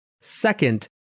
Second